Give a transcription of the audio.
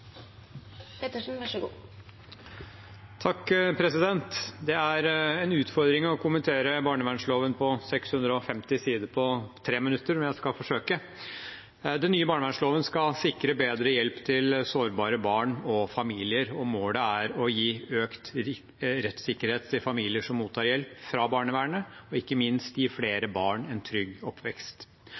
Det er en utfordring å kommentere barnevernsloven på 650 sider på tre minutter, men jeg skal forsøke. Den nye barnevernsloven skal sikre bedre hjelp til sårbare barn og familier, og målet er å gi økt rettssikkerhet for familier som mottar hjelp fra barnevernet, og ikke minst gi flere barn en trygg oppvekst.